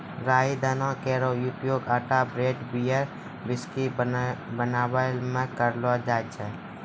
राई दाना केरो उपयोग आटा ब्रेड, बियर, व्हिस्की बनैला म करलो जाय छै